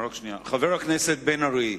חבר הכנסת בן-ארי,